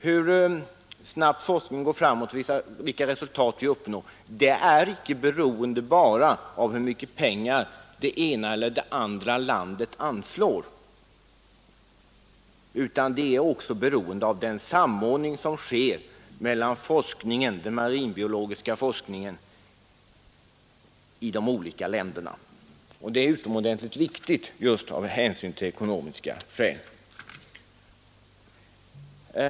Hur snabbt forskning går framåt och vilka resultat vi uppnår är inte bara beroende av hur mycket pengar det ena eller andra landet anslår utan är också beroende av den samordning som sker mellan den marinbiologiska forskningen i de olika länderna. Det samarbetet är utomordentligt viktigt just av ekonomiska skäl.